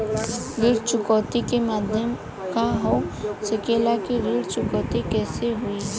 ऋण चुकौती के माध्यम का हो सकेला कि ऋण चुकौती कईसे होई?